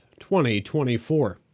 2024